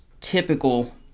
typical